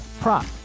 prop